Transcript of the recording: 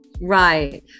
right